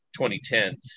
2010